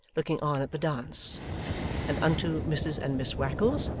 looking on at the dance and unto mrs and miss wackles,